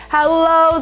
Hello，